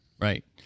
Right